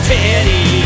Teddy